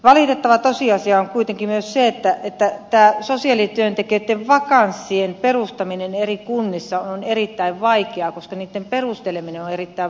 valitettava tosiasia on kuitenkin myös se että tämä sosiaalityöntekijöitten vakanssien perustaminen eri kunnissa on erittäin vaikeaa koska niitten perusteleminen on erittäin vaikeaa